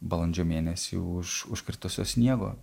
balandžio mėnesį už užkritusios sniego